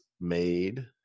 made